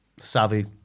savvy